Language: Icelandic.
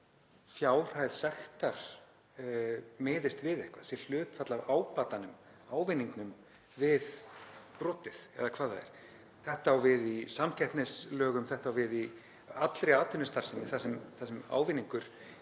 að fjárhæð sektar miðist við eitthvað, sé hlutfall af ábatanum eða ávinningnum við brotið eða hvað það er. Þetta á við í samkeppnislögum. Þetta á við í allri atvinnustarfsemi þar sem ávinningur